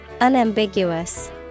Unambiguous